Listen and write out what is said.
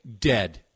dead